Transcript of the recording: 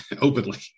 openly